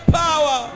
power